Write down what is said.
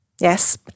yes